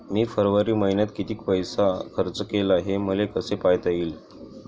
मी फरवरी मईन्यात कितीक पैसा खर्च केला, हे मले कसे पायता येईल?